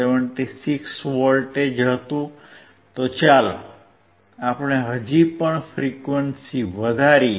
76V હતું તો ચાલો આપણે હજી પણ ફ્રીક્વન્સી વધારીએ